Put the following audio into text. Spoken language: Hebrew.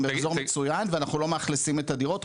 באזור מצוין ואנחנו לא מאכלסים את הדירות,